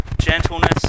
gentleness